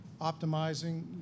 optimizing